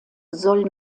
soll